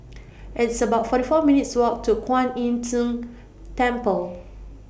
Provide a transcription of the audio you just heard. It's about forty four minutes' Walk to Kuan Im Tng Temple